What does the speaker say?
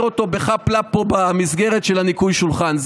אותו בחאפ-לאפ פה במסגרת ניקוי השולחן.